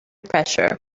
pressure